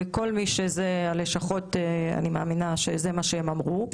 ואני מאמינה שזה מה שאמרו הלשכות,